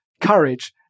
Courage